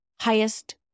highest